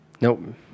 Nope